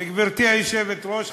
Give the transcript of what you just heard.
גברתי היושבת-ראש,